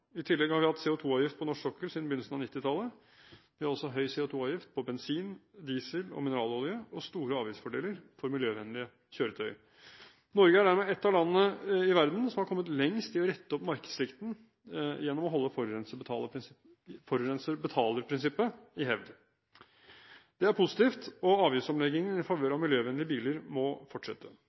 I tillegg har vi hatt CO2-avgift på norsk sokkel siden begynnelsen av 1990-tallet. Vi har også høy CO2-avgift på bensin, diesel og mineralolje og store avgiftsfordeler for miljøvennlige kjøretøy. Norge er dermed et av landene i verden som har kommet lengst i å rette opp markedssvikten gjennom å holde forurenser-betaler-prinsippet i hevd. Det er positivt, og avgiftsomleggingen i favør av miljøvennlige biler må fortsette.